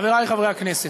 חברי חברי הכנסת,